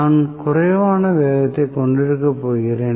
நான் குறைவான வேகத்தைக் கொண்டிருக்கப் போகிறேன்